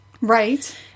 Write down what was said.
right